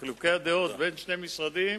חילוקי דעות בין שני משרדים,